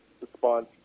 response